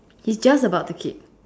he's just about to keep